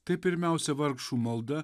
tai pirmiausia vargšų malda